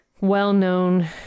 well-known